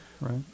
right